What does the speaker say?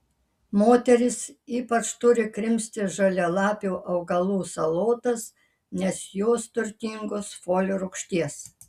moterys ypač turi krimsti žalialapių augalų salotas nes jos turtingos folio rūgšties